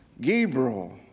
Gabriel